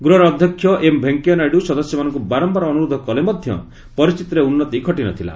ଗୃହର ଅଧ୍ୟକ୍ଷ ଏମ୍ ଭେଙ୍କିଆ ନାଇଡୁ ସଦସ୍ୟମାନଙ୍କୁ ବାରମ୍ବାର ଅନୁରୋଧ କଲେ ମଧ୍ୟ ପରିସ୍ଥିତିରେ ଉନ୍ନତି ଘଟି ନ ଥିଲା